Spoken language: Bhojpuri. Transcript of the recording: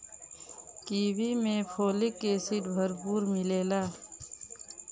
कीवी में फोलिक एसिड भरपूर मिलेला